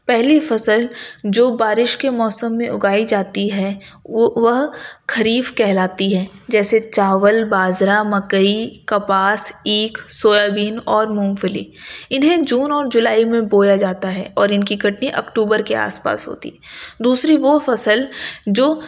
پہلی فصل جو بارش کے موسم میں اگائی جاتی ہے وہ خریف کہلاتی ہے جیسے چاول باجرا مکئی کپاس اینکھ سویا بین اور مونگ پھلی انہیں جون اور جولائی میں بویا جاتا ہے اور ان کی کٹنی اکتوبر کے آس پاس ہوتی ہے دوسری وہ فصل جو